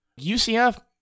UCF